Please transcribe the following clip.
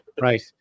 Right